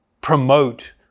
promote